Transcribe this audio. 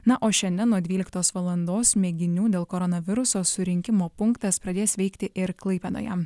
na o šiandien nuo dvyliktos valandos mėginių dėl koronaviruso surinkimo punktas pradės veikti ir klaipėdoje